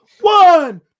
one